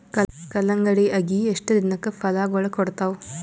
ಕಲ್ಲಂಗಡಿ ಅಗಿ ಎಷ್ಟ ದಿನಕ ಫಲಾಗೋಳ ಕೊಡತಾವ?